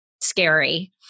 scary